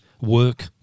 work